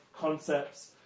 concepts